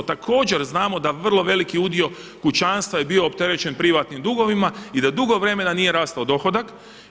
Također znamo da vrlo veliki udio kućanstva je bio opterećen privatnim dugovima i da dugo vremena nije rastao dohodak.